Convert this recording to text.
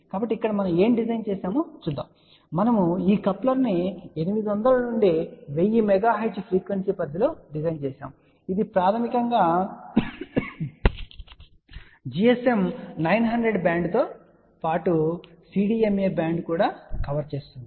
కాబట్టి ఇక్కడ మనం ఏమి డిజైన్ చేసామో చూద్దాం కాబట్టి మనము ఈ కప్లర్ను 800 నుండి 1000 MHz ఫ్రీక్వెన్సీ పరిధిలో డిజైన్ చేశాము ఇది ప్రాథమికంగా GSM 900 బ్యాండ్తో పాటు CDMA బ్యాండ్ కూడా కవర్ చేస్తుంది